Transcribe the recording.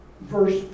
verse